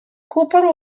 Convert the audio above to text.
cooper